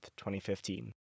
2015